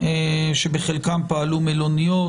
שבחלקם פעלו מלוניות,